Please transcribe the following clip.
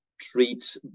treat